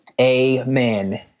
Amen